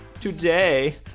Today